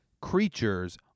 creatures